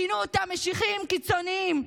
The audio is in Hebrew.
כינו אותם משיחיים קיצוניים,